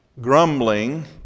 Grumbling